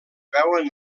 veuen